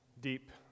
deep